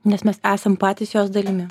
nes mes esam patys jos dalimi